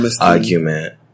Argument